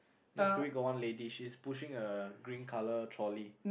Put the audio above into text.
next to it got one lady she's pushing a green color trolley